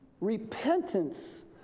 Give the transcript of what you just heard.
Repentance